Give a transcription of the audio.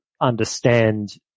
understand